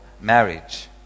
marriage